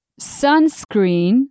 Sunscreen